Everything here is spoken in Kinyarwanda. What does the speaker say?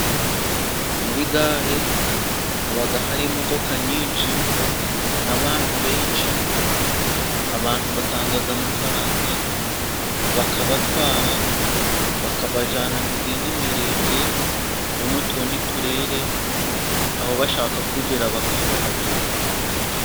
Muri gare haba hari imodoka nyinshi n'abantu benshi. Abantu batanga amafaranga bakabatwara, bakabajyana mu zindi mirenge ;no mu tundi turere. Aho bashaka kugera bakabahageza.